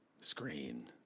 screen